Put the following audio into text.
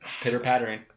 Pitter-pattering